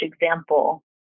example